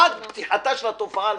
עד פתיחתה של התופעה הבאה,